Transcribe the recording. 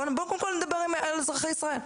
בוא וקודם כול נדבר על אזרחי ישראל.